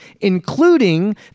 including